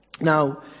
Now